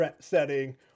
setting